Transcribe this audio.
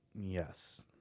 Yes